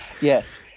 yes